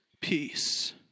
peace